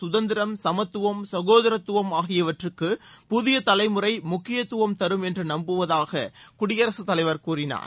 சுதந்திரம் சமத்துவம் சகோதரத்துவம் ஆகியவற்றுக்கு புதிய தலைமுறை முக்கியத்துவம் தரும் என்று நம்புவதாக குடியரசுத் தலைவர் கூறினார்